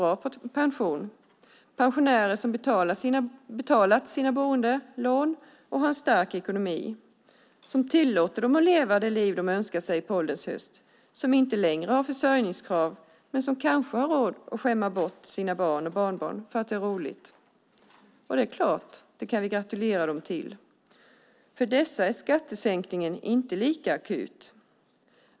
Det är pensionärer som har betalat sina boendelån och har en stark ekonomi som tillåter dem att leva det liv de önskar sig på ålderns höst, som inte längre har försörjningskrav men som kanske har råd att skämma bort sina barn och barnbarn därför att det är roligt. Det är klart att vi kan gratulera dem till det. För dessa är skattesänkningen inte lika akut.